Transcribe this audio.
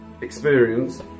experience